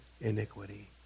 iniquity